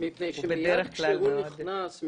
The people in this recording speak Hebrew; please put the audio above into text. זה לא נעים לו לא לבוא מפני שמיד כשהוא נכנס --- כן,